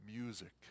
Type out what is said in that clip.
music